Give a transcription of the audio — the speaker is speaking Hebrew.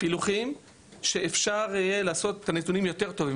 פילוחים שאפשר יהיה לעשות את הנתונים יותר טובים.